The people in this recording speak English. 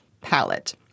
palette